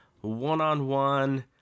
one-on-one